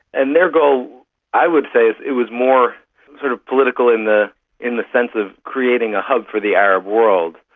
and their goal i would say it was more sort of political in the in the sense of creating a hub for the arab world,